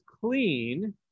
clean